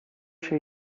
się